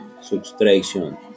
subtraction